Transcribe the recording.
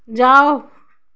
जाओ